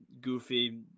goofy